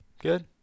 good